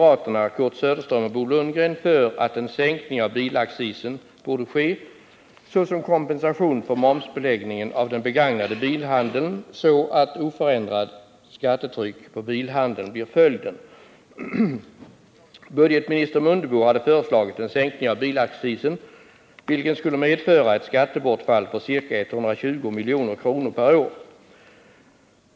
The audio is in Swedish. att en sänkning av bilaccisen borde ske såsom kompensation för momsbeläggningen av handeln med begagnade bilar, så att oförändrat skattetryck på bilhandeln blir följden. Budgetminister Mundebo hade föreslagit en sänkning av bilaccisen, vilken skulle medföra ett skattebortfall på ca 120 milj.kr. per år.